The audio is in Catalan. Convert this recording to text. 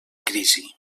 crisi